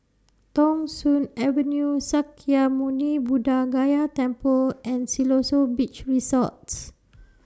Thong Soon Avenue Sakya Muni Buddha Gaya Temple and Siloso Beach Resorts